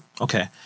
Okay